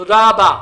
תודה רבה.